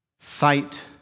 Sight